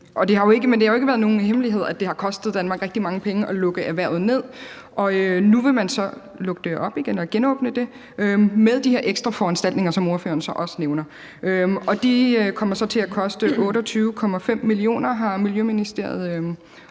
det har ikke været nogen hemmelighed, at det har kostet Danmark rigtig mange penge at lukke erhvervet ned, og nu vil man så lukke det op igen, genåbne det, med de her ekstra foranstaltninger, som ordføreren så også nævner. De kommer så til at koste 28,5 mio. kr., har Miljøministeriet